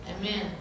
Amen